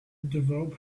develop